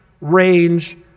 range